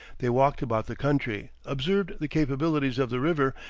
they walked about the country, observed the capabilities of the river,